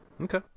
okay